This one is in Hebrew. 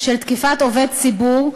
של תקיפת עובד ציבור,